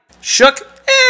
Shook